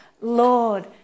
Lord